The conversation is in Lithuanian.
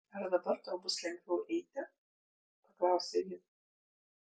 ar dabar tau bus lengviau eiti paklausė ji